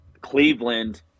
Cleveland